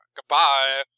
Goodbye